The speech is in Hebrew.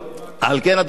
על כן, אדוני היושב-ראש,